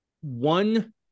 one